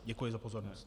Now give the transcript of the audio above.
Děkuji za pozornost.